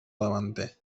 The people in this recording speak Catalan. davanter